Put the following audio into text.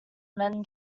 men